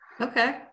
Okay